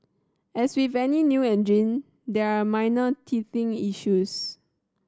as with any new engine there are minor teething issues